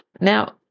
Now